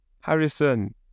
Harrison